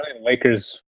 Lakers